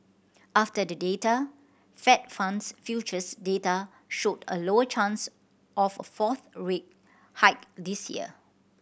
after the data Fed funds futures data showed a lower chance of a fourth rate hike this year